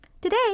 Today